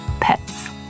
pets